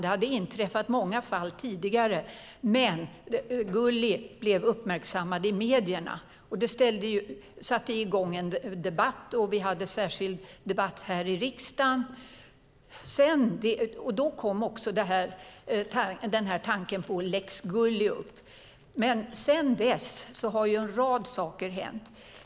Det hade inträffat många sådana fall tidigare, men Gulli blev uppmärksammad i medierna. Det satte i gång en debatt, och vi hade särskild debatt här i riksdagen. Då kom också tanken på en lex Gulli upp. Sedan dess har dock en rad saker hänt.